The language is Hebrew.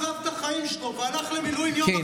עזב את החיים שלו והלך למילואים יום אחרי,